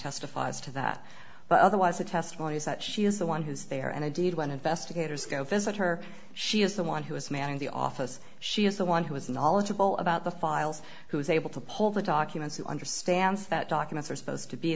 testifies to that but otherwise the testimony is that she is the one who's there and indeed when investigators go visit her she is the one who is manning the office she is the one who is knowledgeable about the files who is able to pull the documents who understands that documents are supposed to be